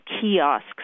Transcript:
kiosks